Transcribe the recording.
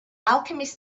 alchemist